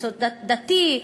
קונסנזוס דתי,